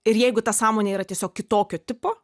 ir jeigu ta sąmonė yra tiesiog kitokio tipo